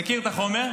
מכיר את החומר.